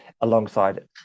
alongside